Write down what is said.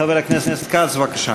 חבר הכנסת כץ, בבקשה.